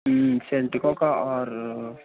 సెంటుకు ఒక ఆరు